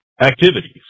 activities